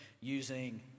using